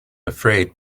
afraid